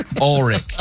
Ulrich